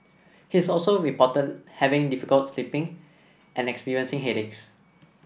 he's also reported having difficulty sleeping and experiencing headaches